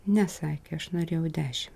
ne sakė aš norėjau dešim